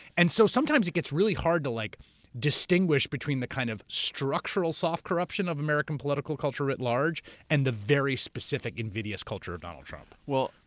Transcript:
and so sometimes it gets really hard to like distinguish between the kind of structural soft corruption of american political culture writ large and the very specific invidious culture of donald trump. well,